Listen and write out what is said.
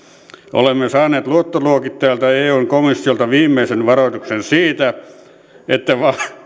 olemme saaneet luottoluokittajilta ja eun komissiolta viimeisen varoituksen siitä että